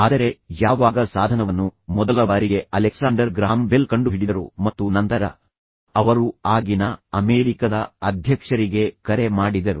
ಆದರೆ ಯಾವಾಗ ಸಾಧನವನ್ನು ಮೊದಲ ಬಾರಿಗೆ ಅಲೆಕ್ಸಾಂಡರ್ ಗ್ರಹಾಂ ಬೆಲ್ ಕಂಡುಹಿಡಿದರೋ ಮತ್ತು ನಂತರ ಅವರು ಆಗಿನ ಅಮೆರಿಕದ ಅಧ್ಯಕ್ಷರಿಗೆ ಕರೆ ಮಾಡಿದರು